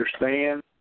understand